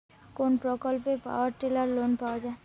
কোন প্রকল্পে power tiller লোনে পাওয়া য়ায়?